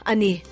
Ani